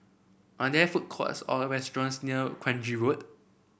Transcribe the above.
are there food courts or restaurants near Kranji Road